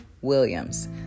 williams